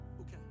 Okay